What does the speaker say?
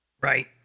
Right